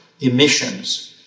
emissions